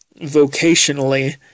vocationally